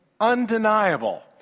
undeniable